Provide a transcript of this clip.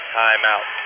timeout